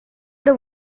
the